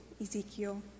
Ezekiel